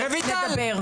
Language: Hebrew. נדבר.